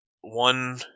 one